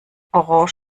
orange